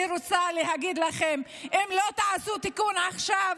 אני רוצה להגיד לכם: אם לא תעשו תיקון עכשיו,